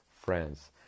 friends